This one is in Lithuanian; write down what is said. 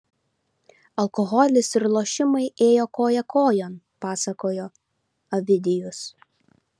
alkoholis ir lošimai ėjo koja kojon pasakoja ovidijus